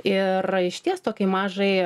ir išties tokiai mažai